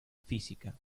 física